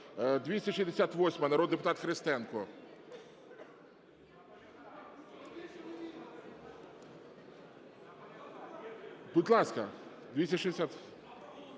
268-а, народний депутат Христенко. Будь ласка… Ой,